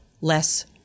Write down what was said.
less